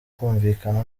kumvikana